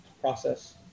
process